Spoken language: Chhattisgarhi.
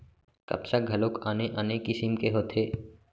कपसा घलोक आने आने किसिम के होथे